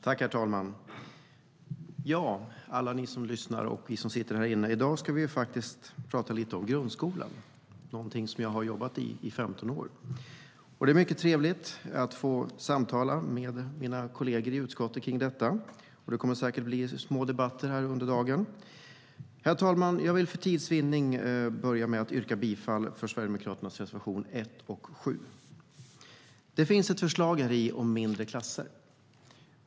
Herr talman, alla ni som lyssnar och ni som sitter här inne! I dag pratar vi lite om grundskolan, som jag har jobbat inom i 15 år. Det är mycket trevligt att få samtala om detta med mina kolleger i utskottet, och det kommer säkert att bli små debatter under eftermiddagen. Jag vill börja med att för tids vinnande yrka bifall enbart till Sverigedemokraternas reservationer 1 och 7.Det finns ett förslag här om mindre klasser.